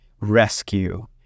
Rescue